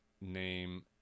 name